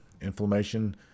Inflammation